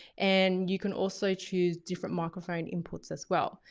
and you can also choose different microphone inputs as well.